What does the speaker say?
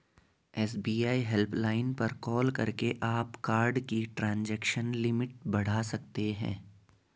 SBI helpline पर call करके आप कार्ड की ट्रांजैक्शन लिमिट बढ़ा सकते हैं